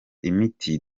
imiti